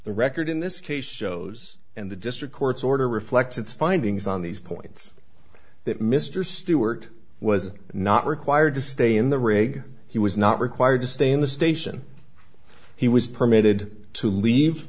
the record in this case shows and the district court's order reflects its findings on these points that mr stewart was not required to stay in the rig he was not required to stay in the station he was permitted to leave